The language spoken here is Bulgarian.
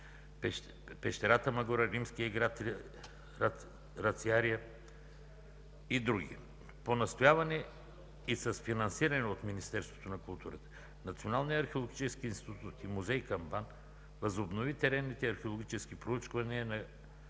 пещерата „Магура”, римският град Рациария и други. По настояване и с финансиране от Министерството на културата, Националният археологически институт и музей към БАН възобнови теренните археологични проучвания на